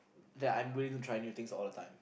that I'm willing to try new things all the time